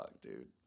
Dude